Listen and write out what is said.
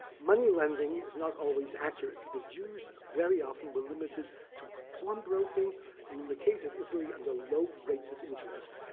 moneylending is not always accurate because jews very often were limited to pawnbroking and in the case of and ah the and low rates of interest.